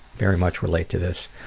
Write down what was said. very much relate to this.